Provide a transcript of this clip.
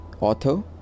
author